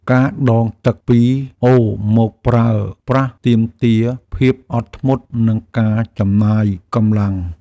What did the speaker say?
ការដងទឹកពីអូរមកប្រើប្រាស់ទាមទារភាពអត់ធ្មត់ និងការចំណាយកម្លាំង។